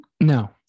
No